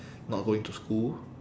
not going to school